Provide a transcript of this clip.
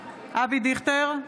אבי דיכטר,